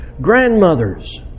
Grandmothers